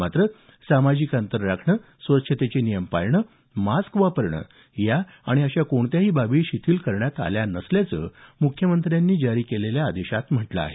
मात्र सामाजिक अंतर स्वच्छतेचे नियम पाळणं मास्क घालणं या आणि अशा कोणत्याही बाबी शिथिल करण्यात आलेल्या नसल्याचं मुख्यमंत्र्यांनी जारी केलेल्या आदेशात म्हटलं आहे